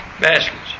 baskets